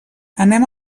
anem